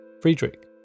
Friedrich